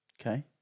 Okay